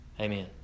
Amen